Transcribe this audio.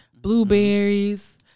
blueberries